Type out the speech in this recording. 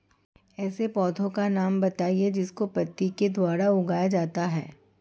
ऐसे पौधे का नाम बताइए जिसको पत्ती के द्वारा उगाया जाता है